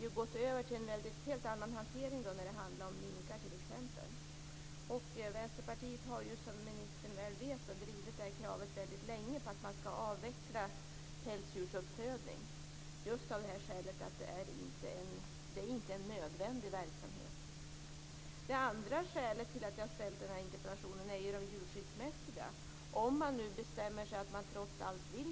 Jag tycker inte att jag har fått något svar på min fråga. Varför har Annika Åhnberg ändrat sig? Eller har hon inte ändrat sig?